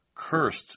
Cursed